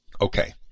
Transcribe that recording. Okay